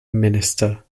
minister